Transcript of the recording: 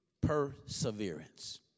perseverance